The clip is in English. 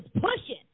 pushing